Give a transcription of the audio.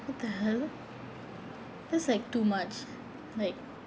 what the hell that's like too much like